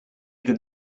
could